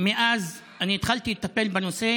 אני התחלתי לטפל בנושא